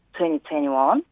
2021